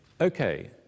Okay